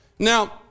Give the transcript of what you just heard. Now